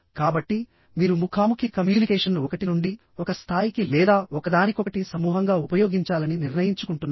కాబట్టి మీరు ముఖాముఖి కమ్యూనికేషన్ను ఒకటి నుండి ఒక స్థాయికి లేదా ఒకదానికొకటి సమూహంగా ఉపయోగించాలని నిర్ణయించుకుంటున్నారా